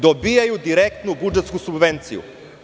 Dobijaju direktnu budžetsku subvenciju.